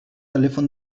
telèfon